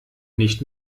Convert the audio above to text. nicht